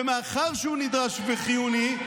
ומאחר שהוא נדרש וחיוני,